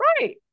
right